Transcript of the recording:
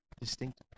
distinct